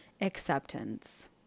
acceptance